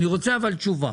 אבל אני רוצה תשובה